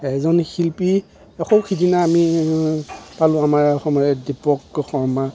এজন শিল্পী সৌ সিদিনা আমি পালোঁ আমাৰ সময়ৰ দীপক শৰ্মা